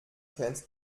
kennt